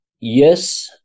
yes